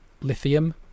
Lithium